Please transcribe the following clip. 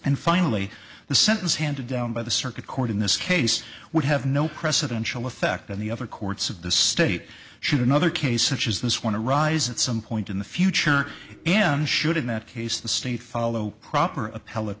and finally the sentence handed down by the circuit court in this case would have no precedential effect on the other courts of the state should another case which is this one to rise at some point in the future and should in that case the state follow proper appell